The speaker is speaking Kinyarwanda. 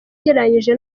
ugereranyije